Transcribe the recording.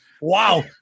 Wow